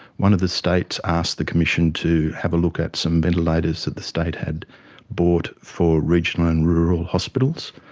one of the states asked the commission to have a look at some ventilator is that the state had bought for regional and rural hospitals.